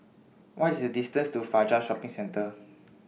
What IS The distance to Fajar Shopping Centre